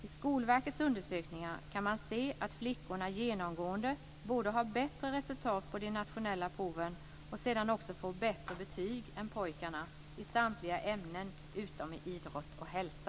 I Skolverkets undersökningar kan man se att flickorna genomgående både har bättre resultat på de nationella proven och sedan också får bättre betyg än pojkarna i samtliga ämnen utom idrott och hälsa.